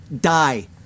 die